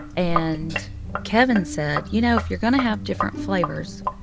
and kevin said, you know, if you're going to have different flavors,